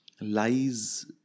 lies